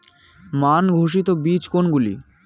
মান ঘোষিত বীজ কোনগুলি?